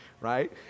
right